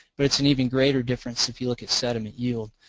but it's an even greater difference if you look at sediment yield.